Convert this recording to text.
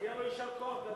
לו יישר כוח גדול.